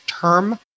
term